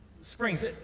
springs